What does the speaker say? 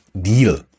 deal